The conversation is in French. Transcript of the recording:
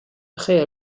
prêt